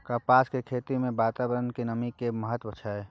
कपास के खेती मे वातावरण में नमी के की महत्व छै?